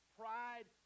pride